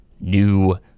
new